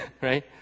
right